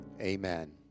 Amen